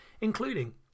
including